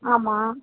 ஆமாம்